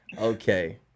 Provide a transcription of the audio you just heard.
Okay